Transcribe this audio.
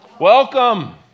Welcome